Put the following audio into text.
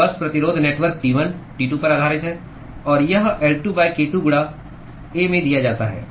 तो बस प्रतिरोध नेटवर्क T1 T2 पर आधारित है और यह L2 k2 गुणा A में दिया जाता है